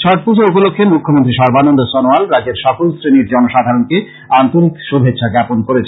ছট পূজা উপলক্ষে মুখ্যমন্ত্রী সর্বানন্দ সনোয়াল রাজ্যের সকল শ্রেণীর জনসাধারণকে আন্তরিক শুভেচ্ছা জ্ঞাপন করেছেন